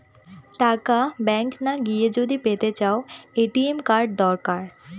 টাকা ব্যাঙ্ক না গিয়ে যদি পেতে চাও, এ.টি.এম কার্ড দরকার